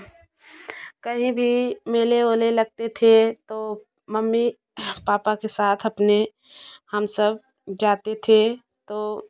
कहीं भी मेले वेले लगते थे तो मम्मी पापा के साथ अपने हम सब जाते थे तो